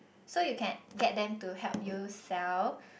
so you can get them to help you sell